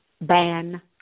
ban